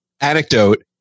anecdote